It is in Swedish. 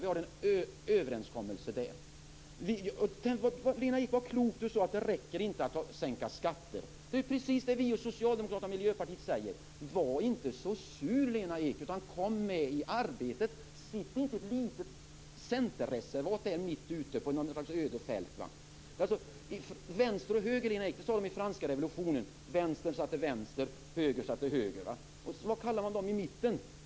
Vi har en överenskommelse där. Det var klokt det Lena Ek sade om att det inte räcker med att sänka skatten. Det är precis det vi, Socialdemokraterna och Miljöpartiet säger. Var inte så sur, Lena Ek, utan kom med i arbetet! Sitt inte i ett litet centerreservat mitt ute på någon slags öde fält! Lena Ek. Vänstern satt till vänster, och högern satt till höger. Vad kallade man dem i mitten?